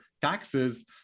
taxes